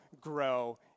grow